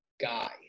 guy